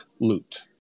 loot